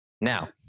Now